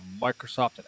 Microsoft